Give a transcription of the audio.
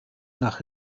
nach